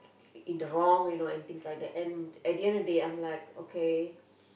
in the wrong you know and things like that and at the end of the day I'm like okay